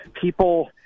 people